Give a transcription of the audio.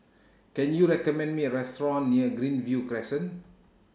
Can YOU recommend Me A Restaurant near Greenview Crescent